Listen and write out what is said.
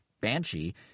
banshee